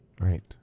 Right